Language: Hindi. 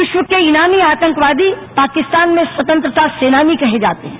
विश्व के इनामी आतंकवादी पाकिस्तान में स्वतंत्रता सेनानी कहे जाते हैं